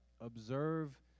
observe